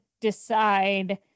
decide